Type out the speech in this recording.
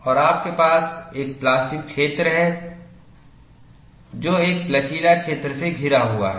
और आपके पास एक प्लास्टिक क्षेत्र है जो एक लचीला क्षेत्र से घिरा हुआ है